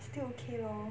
still okay lor